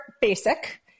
basic